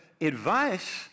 advice